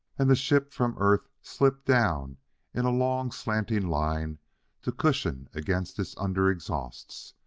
and the ship from earth slipped down in a long slanting line to cushion against its under exhausts,